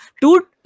two